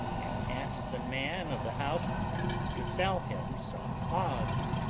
and asked the man of the house to sell him some hogs,